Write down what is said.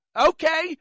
okay